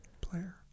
player